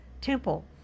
temple